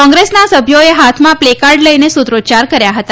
કોંગ્રેસના સભ્યોએ હાથમાં પ્લેકાર્ડ લઈને સુત્રોચ્યાર કર્યા હતા